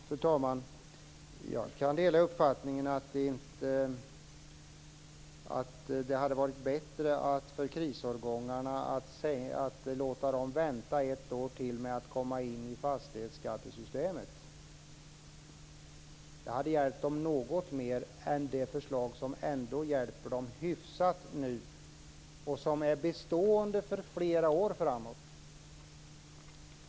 Fru talman! Jag kan dela uppfattningen att det hade varit bättre att låta krisårgångarna vänta ett år till med att komma in i fastighetsskattesystemet. Det hade hjälpt dem något mer än det förslag som nu ändå hjälper dem hyfsat och som är bestående för flera år framåt.